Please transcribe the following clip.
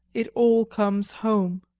it all comes home.